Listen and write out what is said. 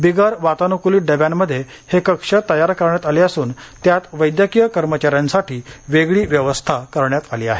बिगर वातानुकूलित डव्यांमध्ये हे कक्ष तयार करण्यात आले असून त्यात वैद्यकीय कर्मचाऱ्यांसाठी वेगळी व्यवस्था करण्यात आली आहे